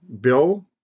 bill